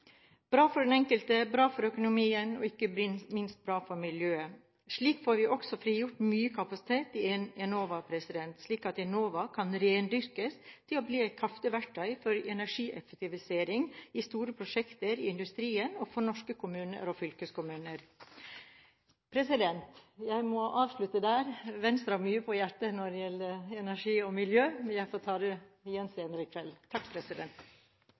bra for den enkelte, det er bra for økonomien, og ikke minst er det bra for miljøet. Slik får vi også frigjort mye kapasitet i Enova, slik at Enova kan rendyrkes til å bli et kraftig verktøy for energieffektivisering i store prosjekter, i industrien og for norske kommuner og fylkeskommuner. Jeg må avslutte der. Venstre har mye på hjertet når det gjelder energi og miljø, men jeg får ta det igjen senere i kveld.